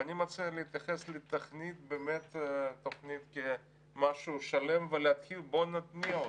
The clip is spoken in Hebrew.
ואני מציע להתייחס לתוכנית באמת כמשהו שלם ובואו נתניע אותה.